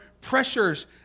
pressures